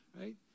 right